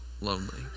lonely